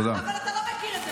אבל אתה לא מכיר את זה,